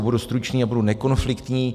Budu stručný a budu nekonfliktní.